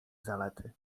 zalety